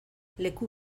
leku